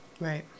Right